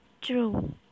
true